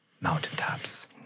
mountaintops